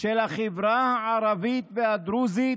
של החברה הערבית והדרוזית